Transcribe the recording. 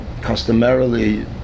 customarily